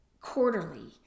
quarterly